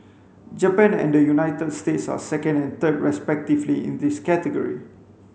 Japan and the United States are second and third respectively in this category